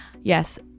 yes